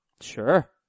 Sure